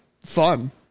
fun